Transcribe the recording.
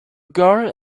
girl